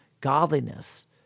godliness